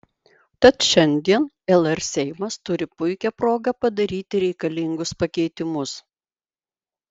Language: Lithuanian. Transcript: tad šiandien lr seimas turi puikią progą padaryti reikalingus pakeitimus